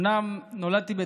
אומנם נולדתי בצרפת,